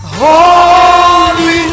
holy